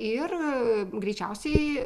ir greičiausiai